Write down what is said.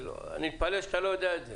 אני מתפלא שאתה לא יודע את זה.